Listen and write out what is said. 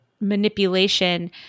manipulation